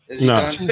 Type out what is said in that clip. No